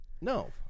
No